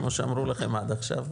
כמו שאמרו לכם עד עכשיו,